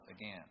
again